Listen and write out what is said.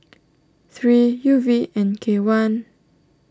three U V N K one